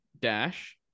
Dash